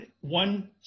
one